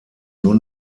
nur